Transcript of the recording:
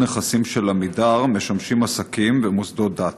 נכסים של עמידר משמשים עסקים ומוסדות דת.